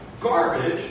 garbage